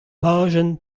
bajenn